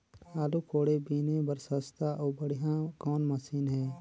आलू कोड़े बीने बर सस्ता अउ बढ़िया कौन मशीन हे?